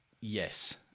Yes